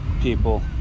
people